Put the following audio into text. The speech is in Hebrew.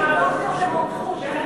חבר הכנסת זחאלקה הוא דוקטור לרוקחות,